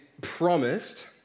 promised